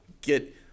get